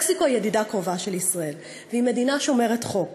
מקסיקו היא ידידה קרובה של ישראל ומדינה שומרת חוק.